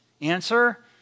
answer